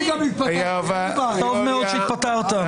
טוב מאוד שהתפטרת.